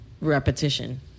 repetition